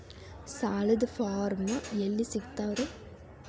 ಸಾಲದ ಫಾರಂ ಎಲ್ಲಿ ಸಿಕ್ತಾವ್ರಿ?